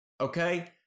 Okay